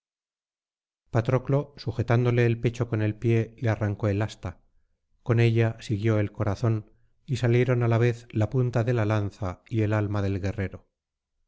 patroclo sujetándole el pecho con el pie le arrancó el asta con ella siguió el corazón y salieron á la vez la punta de la lanza y el alma del guerrero